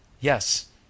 Yes